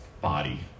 body